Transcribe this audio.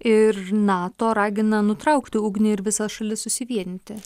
ir nato ragina nutraukti ugnį ir visas šalis susivienyti